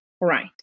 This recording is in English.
right